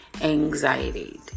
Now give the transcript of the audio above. anxiety